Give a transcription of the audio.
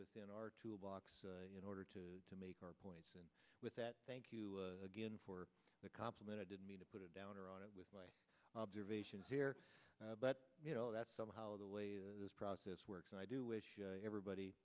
within our toolbox in order to to make our points and with that thank you again for the compliment i didn't mean to put a downer on it with my observations here but you know that somehow the way this process works and i do wish everybody